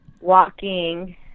walking